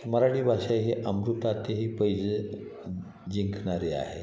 मराठी भाषा ही अमृतातेही पैजे जिंकणारी आहे